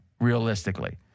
realistically